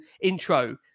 intro